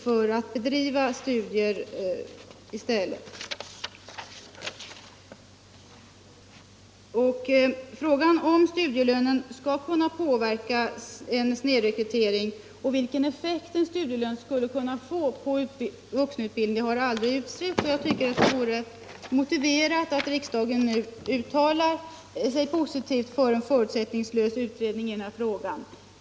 Frågan om hur en studielön påverkar snedrekryteringen och vilken effekt en studielön skulle kunna få på vuxenutbildningen har aldrig utretts och jag tycker det vore motiverat att riksdagen uttalar sig positivt för en förutsättningslös utredning i den här frågan.